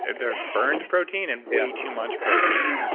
they're burned protein and way too much protein.